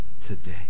today